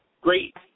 great